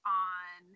on